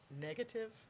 negative